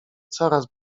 coraz